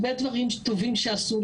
יש הרבה דברים טובים שעשו,